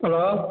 hello